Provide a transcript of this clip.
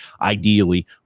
Ideally